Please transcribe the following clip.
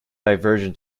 diversion